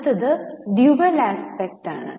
അടുത്തത് dual aspect ആണ്